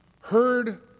heard